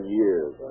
years